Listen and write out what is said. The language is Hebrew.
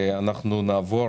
נעבור